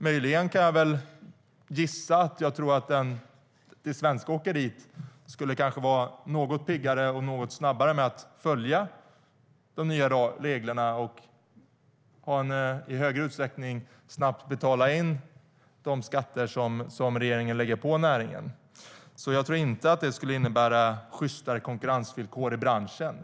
Möjligen kan jag gissa att det svenska åkeriet kanske skulle vara något piggare och snabbare med att följa de nya reglerna och i högre utsträckning snabbt betala in de skatter som regeringen lägger på näringen. Jag tror inte att det skulle innebära sjystare konkurrensvillkor i branschen.